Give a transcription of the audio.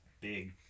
big